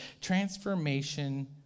transformation